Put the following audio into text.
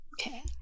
Okay